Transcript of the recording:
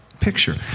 picture